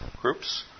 groups